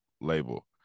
label